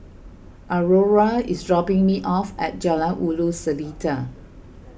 Aurora is dropping me off at Jalan Ulu Seletar